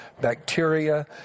bacteria